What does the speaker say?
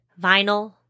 vinyl